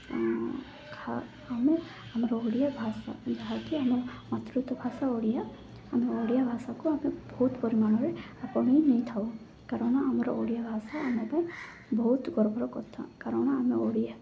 ଆମେ ଆମର ଓଡ଼ିଆ ଭାଷା ଯାହାକି ଆମର ମାତୃତ୍ଵ ଭାଷା ଓଡ଼ିଆ ଆମେ ଓଡ଼ିଆ ଭାଷାକୁ ଆମେ ବହୁତ ପରିମାଣରେ ଆପଣାଇ ନେଇଥାଉ କାରଣ ଆମର ଓଡ଼ିଆ ଭାଷା ଆମ ପାଇଁ ବହୁତ ଗର୍ବର କଥା କାରଣ ଆମେ ଓଡ଼ିଆ